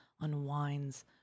unwinds